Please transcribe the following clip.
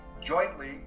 jointly